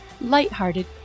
lighthearted